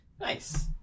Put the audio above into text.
Nice